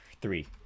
three